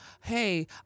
hey